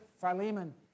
Philemon